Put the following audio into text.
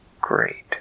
great